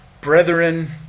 Brethren